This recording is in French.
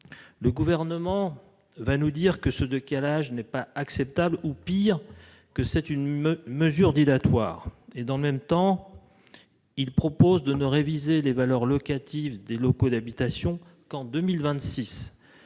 Le Gouvernement nous rétorquera que ce décalage n'est pas acceptable, pis, que c'est une mesure dilatoire ! Dans le même temps, il propose de ne réviser les valeurs locatives des locaux d'habitation qu'en ...